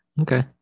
okay